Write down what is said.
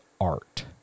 art